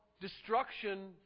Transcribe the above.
destruction